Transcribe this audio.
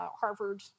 Harvard